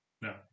No